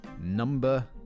number